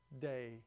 day